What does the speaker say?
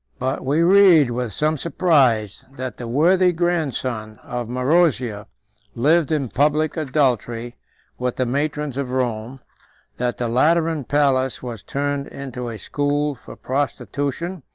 but we read, with some surprise, that the worthy grandson of marozia lived in public adultery with the matrons of rome that the lateran palace was turned into a school for prostitution,